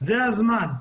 זה הזמן.